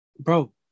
Bro